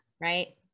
right